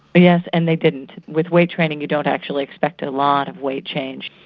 yes, and they didn't. with weight-training you don't actually expect a lot of weight change.